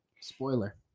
Spoiler